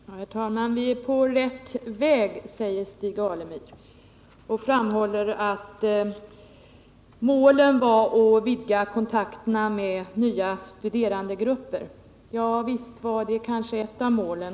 Herr talman! Vi är på rätt väg, säger Stig Alemyr, och framhåller att målet var att vidga kontakterna med nya studerandegrupper. Visst var det kanske ett av målen.